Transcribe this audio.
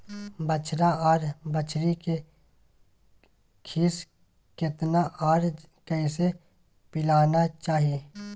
बछरा आर बछरी के खीस केतना आर कैसे पिलाना चाही?